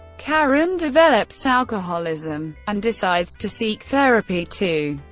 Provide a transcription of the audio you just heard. karen develops alcoholism and decides to seek therapy too.